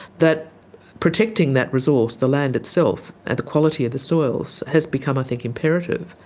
that protecting that resource, the land itself and the quality of the soils, has become i think imperative.